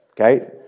Okay